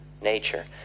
nature